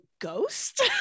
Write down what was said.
ghost